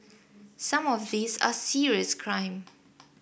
some of these are serious crime